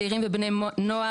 צעירים ובני נוער,